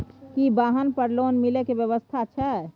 की वाहन पर लोन मिले के व्यवस्था छै?